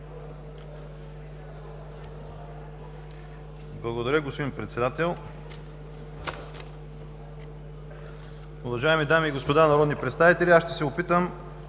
Благодаря Ви, господин Председател. Уважаеми дами и господа народни представители! Ще се опитам